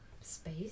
space